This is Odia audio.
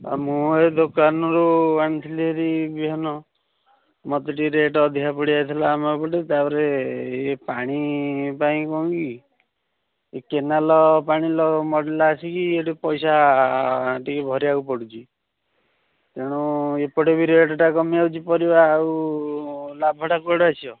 ମୁଁ ଏଇ ଦୋକାନରୁ ଆଣିଥିଲି ହେରି ବିହନ ମୋତେ ଟିକିଏ ରେଟ୍ ଅଧିକ ପଡ଼ିଯାଇଥିଲା ଆମ ଏପଟେ ତା'ପରେ ଏଇ ପାଣି ପାଇଁ କ'ଣ କି ଇଏ କେନାଲ୍ ପାଣି ମଡ଼େଇଲା ଆସିକି ସେଇଠୁ ପଇସା ଟିକିଏ ଭରିବାକୁ ପଡ଼ୁଛି ତେଣୁ ଏପଟେ ବି ରେଟ୍ଟା କମିଯାଉଛି ପରିବା ଆଉ ଲାଭଟା କୁଆଡ଼ୁ ଆସିବ